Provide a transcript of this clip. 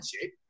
shape